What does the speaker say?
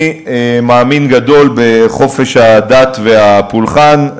אני מאמין גדול בחופש הדת והפולחן.